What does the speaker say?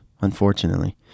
unfortunately